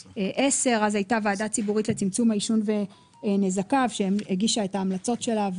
שאז הייתה ועדה ציבורית לצמצום העישון ונזקיו שהגישה את ההמלצות שלה.